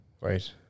Right